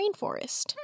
rainforest